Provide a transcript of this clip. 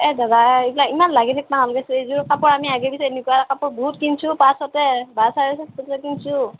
এ দাদা এইবিলাক ইমান লাগি থাকিব নালাগে এইযোৰ কাপোৰ আমি আগে পিছে এনেকুৱা কাপোৰ বহুত কিনিছোঁ পাঁচশতে বা চাৰে চাৰিশতে কিনিছোঁ